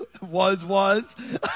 Was-was